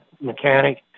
mechanic